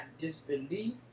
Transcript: disbelief